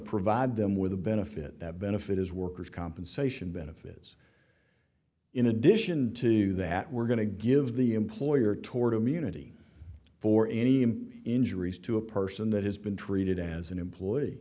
provide them with a benefit that benefit is workers compensation benefits in addition to that we're going to give the employer toward immunity for any and injuries to a person that has been treated as an employee